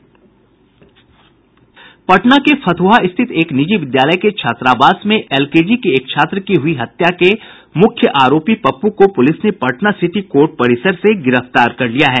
पटना के फत्र्हा स्थित एक निजी विद्यालय के छात्रावास में एलकेजी के एक छात्र की हुई हत्या के मुख्य आरोपी पप्पू को पुलिस ने पटना सिटी कोर्ट परिसर से गिरफ्तार कर लिया है